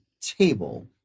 table